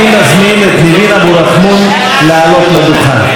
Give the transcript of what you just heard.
אני מזמין את ניבין אבו רחמון לעלות לדוכן.